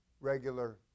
regular